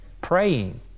praying